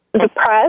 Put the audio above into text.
depressed